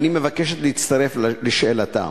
ואני מבקשת להצטרף לשאלתה.